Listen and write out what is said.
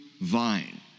vine